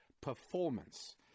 performance